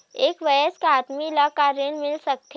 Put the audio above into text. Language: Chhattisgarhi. एक वयस्क आदमी ला का ऋण मिल सकथे?